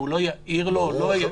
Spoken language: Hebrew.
והוא לא יעיר לו או לא --- ברור לחלוטין.